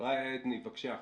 רעיה עדני, בבקשה,